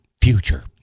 future